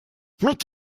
mit